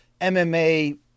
MMA